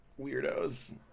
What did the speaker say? weirdos